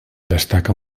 destaca